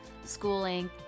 schooling